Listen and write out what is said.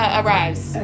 arrives